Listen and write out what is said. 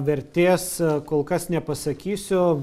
vertės kol kas nepasakysiu